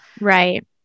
Right